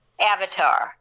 avatar